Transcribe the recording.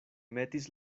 metis